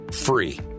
Free